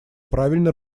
правильно